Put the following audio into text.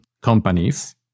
companies